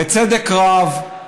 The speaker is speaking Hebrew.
בצדק רב,